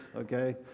okay